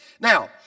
Now